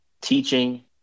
teaching